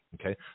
Okay